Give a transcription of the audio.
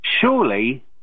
surely